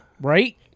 Right